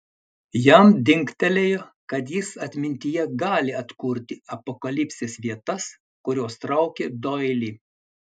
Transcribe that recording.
jam dingtelėjo kad jis atmintyje gali atkurti apokalipsės vietas kurios traukė doilį